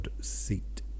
seat